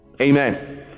Amen